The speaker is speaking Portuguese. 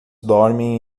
dormem